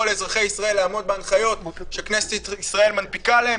לאזרחי ישראל לעמוד בהנחיות שכנסת ישראל מנפיקה להם,